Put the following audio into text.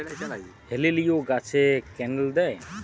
হেলিলিও গাছে ক্যানেল দেয়?